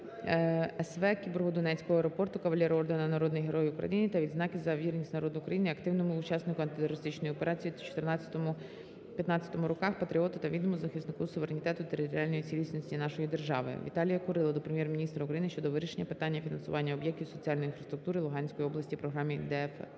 "кіборгу" Донецького аеропорту, кавалеру ордена "Народний Герой України" та відзнаки "За вірність народу України", активному учаснику антитерористичної операції у 2014-2015 роках, патріоту та відданому захиснику суверенітету і територіальної цілісності нашої держави. Віталія Курила до Прем'єр-міністра України щодо вирішення питання фінансування об'єктів соціальної інфраструктури Луганської області по програмі ДФРР.